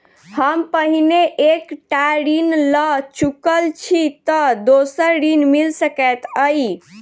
हम पहिने एक टा ऋण लअ चुकल छी तऽ दोसर ऋण मिल सकैत अई?